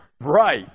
right